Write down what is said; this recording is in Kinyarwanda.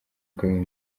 bwe